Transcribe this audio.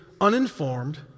uninformed